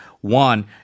One